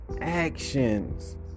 actions